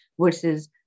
versus